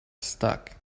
stuck